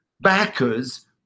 backers